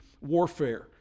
Warfare